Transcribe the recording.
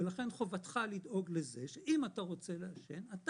חובתך לדאוג לזה שאם אתה רוצה לעשן אתה